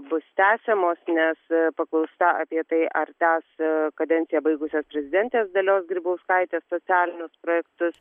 bus tęsiamos nes paklausta apie tai ar tęs kadenciją baigusios prezidentės dalios grybauskaitės socialinius projektus